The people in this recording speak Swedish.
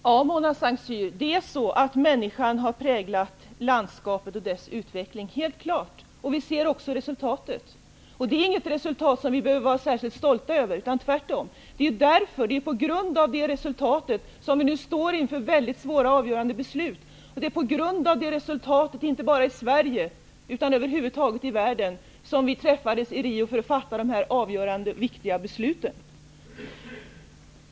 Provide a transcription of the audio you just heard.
Herr talman! Ja, Mona Saint Cyr, det är helt klart att människan har präglat landskapet och dess utveckling. Vi ser också resultatet. Det är inget resultat som vi kan vara särskilt stolta över -- tvärtom. Det är på grund av det resultatet som vi nu står inför väldigt svåra och avgörande beslut. Och det är på grund av det resultatet, inte bara i Sverige utan i hela världen, som vi träffades i Rio för att fatta de här avgörande viktiga besluten.